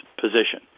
position